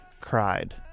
cried